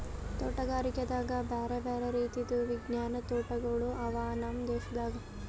ತೋಟಗಾರಿಕೆದಾಗ್ ಬ್ಯಾರೆ ಬ್ಯಾರೆ ರೀತಿದು ವಿಜ್ಞಾನದ್ ತೋಟಗೊಳ್ ಅವಾ ನಮ್ ದೇಶದಾಗ್